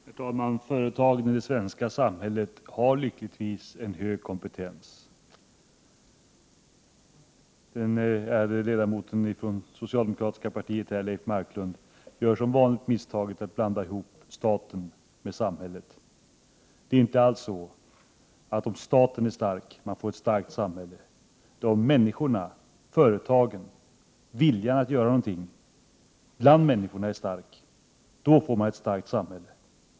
Herr talman! Företagen i det svenska samhället har lyckligtvis en hög kompetens. Den ärade ledamoten från det socialdemokratiska partiet, Leif Marklund, gör som vanligt misstaget att blanda ihop staten med samhället. — Prot. 1988/89:126 Det är inte så att man får ett starkt samhälle om staten är stark. Det är när — 1 juni 1989 människorna och företagen är starka, när viljan att göra någonting bland människorna är stark, som man får ett starkt samhälle.